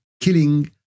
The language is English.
killing